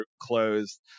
closed